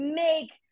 make